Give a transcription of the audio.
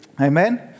Amen